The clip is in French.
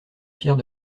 pierre